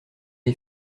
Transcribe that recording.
les